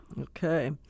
Okay